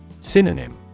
Synonym